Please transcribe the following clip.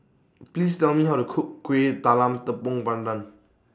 Please Tell Me How to Cook Kueh Talam Tepong Pandan